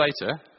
later